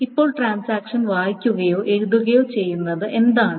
ഇപ്പോൾ ട്രാൻസാക്ഷൻ വായിക്കുകയോ എഴുതുകയോ ചെയ്യുന്നത് എന്താണ്